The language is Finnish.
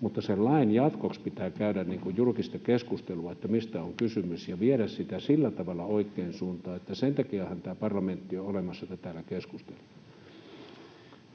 mutta sen lain jatkoksi pitää käydä julkista keskustelua siitä, mistä on kysymys, ja viedä sitä sillä tavalla oikeaan suuntaan. Sen takiahan tämä parlamentti on olemassa, että täällä keskustellaan.